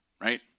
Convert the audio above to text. right